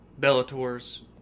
Bellator's